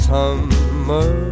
Summer